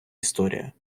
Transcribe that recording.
історія